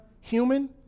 human